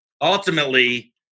ultimately